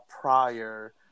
prior